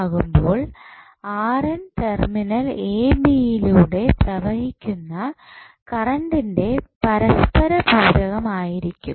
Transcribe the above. ആകുമ്പോൾ terminal A B യിലൂടെപ്രവഹിക്കുന്ന കറണ്ടിന്റെ പരസ്പരപൂരകം ആയിരിക്കും